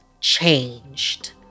changed